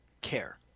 care